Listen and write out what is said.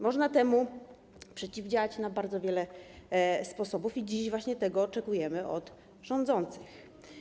Można temu przeciwdziałać na bardzo wiele sposobów i dziś właśnie tego oczekujemy od rządzących.